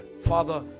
Father